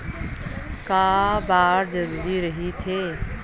का बार जरूरी रहि थे?